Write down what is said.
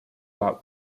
out